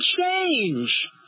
change